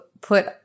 put –